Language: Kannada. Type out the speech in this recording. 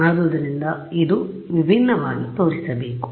ಆದ್ದರಿಂದ ಇದು ವಿಭಿನ್ನವಾಗಿ ತೋರಿಸಬೇಕು